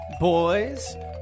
Boys